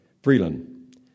Freeland